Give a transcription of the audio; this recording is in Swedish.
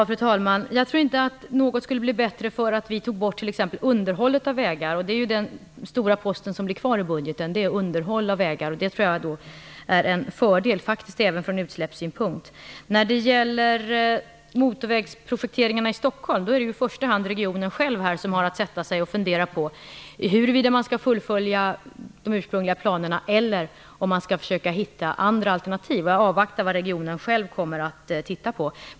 Fru talman! Jag tror inte att någonting skulle bli bättre för att vi tog bort t.ex. underhåll av vägar. Det är ju den stora post som blir kvar i budgeten, och det tror jag är en fördel även från utsläppssynpunkt. När det gäller motorvägsprojekteringarna i Stockholm är det i första hand regionen själv som har att sätta sig och fundera på huruvida man skall fullfölja de ursprungliga planerna eller försöka hitta andra alternativ. Jag avvaktar vad regionen själv kommer att titta på.